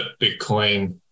Bitcoin